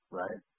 right